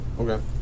Okay